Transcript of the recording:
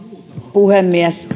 puhemies